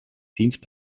dient